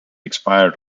expired